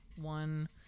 one